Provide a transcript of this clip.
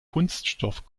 kunststoff